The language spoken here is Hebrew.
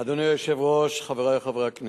אדוני היושב-ראש, חברי חברי הכנסת,